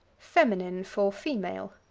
feminine for female.